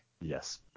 Yes